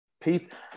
people